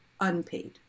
unpaid